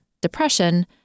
depression